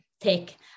take